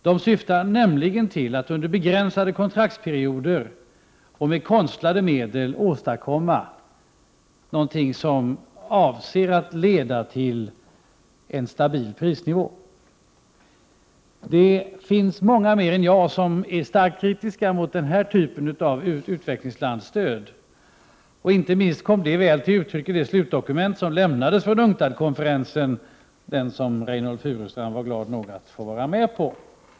De syftar nämligen till att under begränsade kontraktsperioder och med konstlade medel åstadkomma någonting som avser att leda till en stabil prisnivå. Det finns många mer än jag som är starkt kritiska mot den här typen av u-landshjälp. Inte minst kom detta väl till uttryck i det slutdokument som lämnades av UNCTAD-konferensen — den konferens som Reynoldh Furustrand var glad att få vara med på.